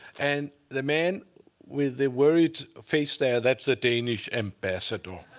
and the man with the worried face there, that's the danish ambassador.